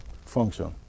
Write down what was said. function